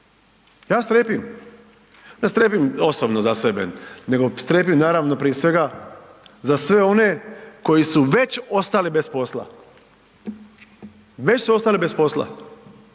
Ja strepim, ne strepim osobno za sebe, nego strepim naravno prije svega za sve one koji su već ostali bez posla, već su ostali bez posla.